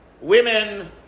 women